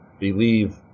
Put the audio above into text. believe